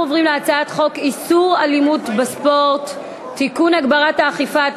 אנחנו עוברים להצעת חוק איסור אלימות בספורט (תיקון) (הגברת האכיפה),